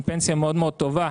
עם פנסיה מאוד מאוד טובה.